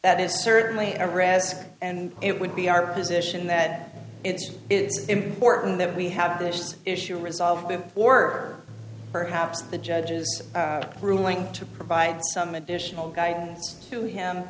that is certainly a risk and it would be our position that it's important that we have this issue resolved or perhaps the judge's ruling to provide some additional guidance to him